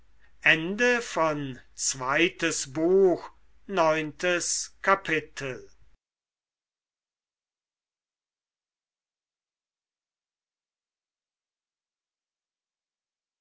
zweites buch erstes kapitel